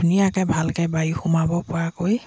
ধুনীয়াকৈ ভালকৈ বায়ু সোমাব পৰাকৈ